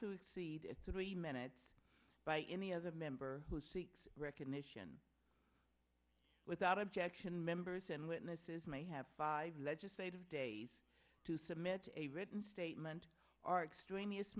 to exceed its three minutes by any other member who seeks recognition without objection members and witnesses may have five legislative days to submit a written statement or extraneous